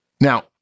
Now